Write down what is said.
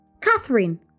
Catherine